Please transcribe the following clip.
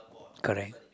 correct